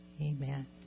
Amen